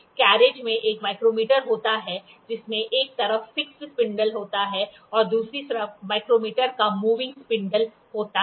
carriage में एक micrometer होता है जिसमें एक तरफ फिक्स्ड स्पिंडल होता है और दूसरी तरफ माइक्रोमीटर का मूविंग स्पिंडल होता है